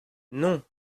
non